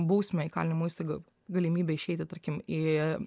bausmę įkalinimo įstaigo galimybė išeiti tarkim į